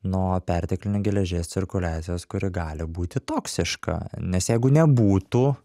nuo perteklinio geležies cirkuliacijos kuri gali būti toksiška nes jeigu nebūtų